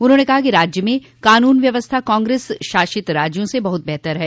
उन्होंने कहा कि राज्य में क़ानून व्यवस्था कांग्रेस शासित राज्यों से बहुत बेहतर है